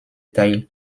teil